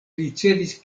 ricevis